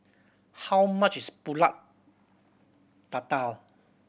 how much is Pulut Tatal